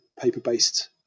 paper-based